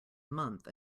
month